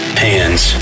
hands